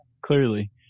Clearly